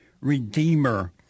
Redeemer